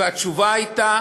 והתשובה הייתה